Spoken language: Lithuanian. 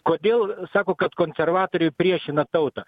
kodėl sako kad konservatoriai priešina tautą